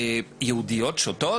"יהודיות שותות?